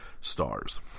stars